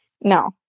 No